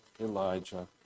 Elijah